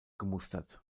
gemustert